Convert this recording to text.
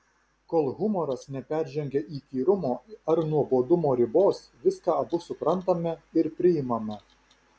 kol humoras neperžengia įkyrumo ar nuobodumo ribos viską abu suprantame ir priimame